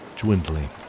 dwindling